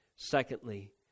Secondly